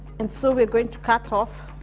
and so we're going to cut off,